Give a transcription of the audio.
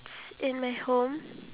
ya